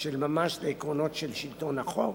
של ממש לעקרונות של שלטון החוק